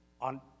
on